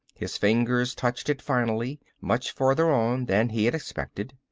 his fingers touched it finally, much farther on than he had expected.